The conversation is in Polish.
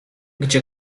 gdzie